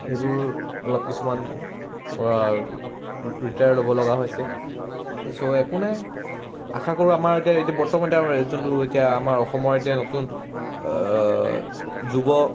সেইবোৰ অলপ কিছুমান ৰিটায়াৰ ল'ব লগা হৈছে চ' একো নাই আশা কৰোঁ আমাৰ এতিয়া এতিয়া বৰ্তমান এতিয়া আমাৰ যোনটো এতিয়া আমাৰ অসমৰ এতিয়া নতুন যুৱ